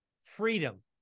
freedom